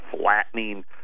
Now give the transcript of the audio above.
flattening